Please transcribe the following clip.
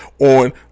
on